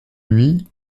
lui